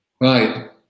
right